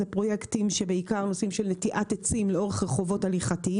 אלה פרויקטים שבעיקר של נטיעת עצים לאורך רחובות הליכה,